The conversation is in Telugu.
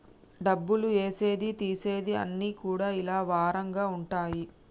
డబ్బులు ఏసేది తీసేది అన్ని కూడా ఇలా వారంగా ఉంటయి